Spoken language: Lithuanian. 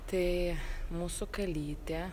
tai mūsų kalytė